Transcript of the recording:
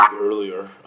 earlier